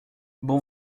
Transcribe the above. bon